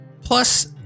plus